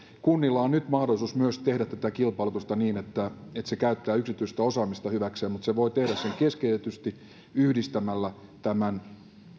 kunnilla on nyt mahdollisuus myös tehdä tätä kilpailutusta niin että että se käyttää yksityistä osaamista hyväkseen mutta se voi tehdä sen keskitetysti yhdistämällä tämän